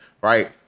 Right